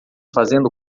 fazendo